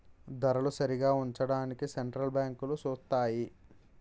ధరలు సరిగా ఉంచడానికి సెంటర్ బ్యాంకులు సూత్తాయి